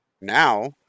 Now